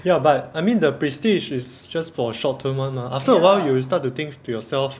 ya but I mean the prestige is just for short term one mah after a while you will start to think to yourself